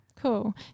cool